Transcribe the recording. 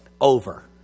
over